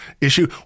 issue